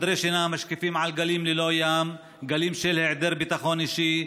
חדרי שינה המשקיפים על גלים ללא ים: גלים של היעדר ביטחון אישי,